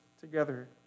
together